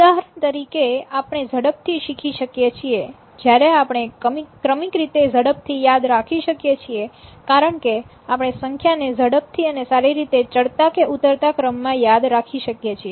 ઉદાહરણ તરીકે આપણે ઝડપથી શીખી શકીએ છીએ જ્યારે આપણે ક્રમિક રીતે ઝડપથી યાદ રાખી શકીએ છીએ કારણકે આપણે સંખ્યાને ઝડપથી અને સારી રીતે ચડતા કે ઉતરતા ક્રમ માં યાદ રાખી શકીએ છીએ